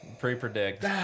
pre-predict